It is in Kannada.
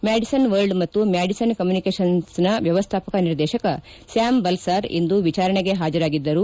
ಮ್ಕಾಡಿಸನ್ ವರ್ಲ್ಡ್ ಮತ್ತು ಮ್ಕಾಡಿಸನ್ ಕಮ್ಕುನಿಕೇಷನ್ಗನ ವ್ಯವಸ್ಥಾಪಕ ನಿರ್ದೇಶಕ ಸ್ಕಾಮ್ ಬಲ್ಲಾರ್ ಇಂದು ವಿಚಾರಣೆಗೆ ಪಾಜರಾಗಿದ್ದರು